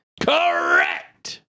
correct